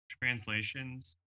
translations